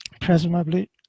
Presumably